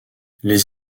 les